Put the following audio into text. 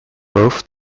both